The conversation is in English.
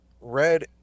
Red